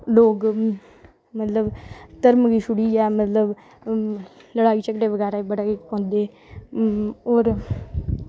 लोग मतलब धर्म गी छुड़ियै लोग लड़ाई झगड़े ई बड़ा पौंदे होर